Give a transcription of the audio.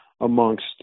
amongst